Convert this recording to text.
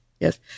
Yes